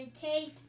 taste